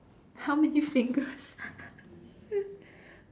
how many fingers